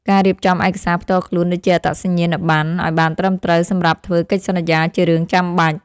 ការរៀបចំឯកសារផ្ទាល់ខ្លួនដូចជាអត្តសញ្ញាណប័ណ្ណឱ្យបានត្រឹមត្រូវសម្រាប់ធ្វើកិច្ចសន្យាជារឿងចាំបាច់។